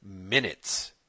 minutes